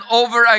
over